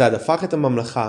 הצעד הפך את הממלכה